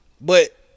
But-